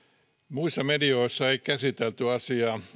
muissa medioissa ei käsitelty asiaa